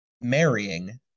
marrying